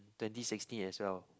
twenty sixteen as well